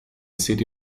city